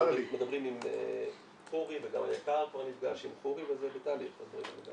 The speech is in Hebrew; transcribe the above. אנחנו מדברים עם חורי וגם היק"ר פה נפגש עם חורי וזה בתהליך כרגע.